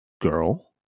girl